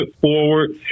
forward